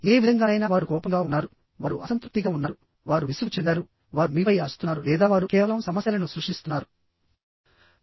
ఏ విధంగానైనా వారు కోపంగా ఉన్నారు వారు అసంతృప్తిగా ఉన్నారు వారు విసుగు చెందారు వారు మీపై అరుస్తున్నారు లేదా వారు కేవలం సమస్యలను సృష్టిస్తున్నారు